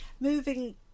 Moving